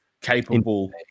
capable